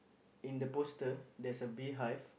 in the poster there is a bee hive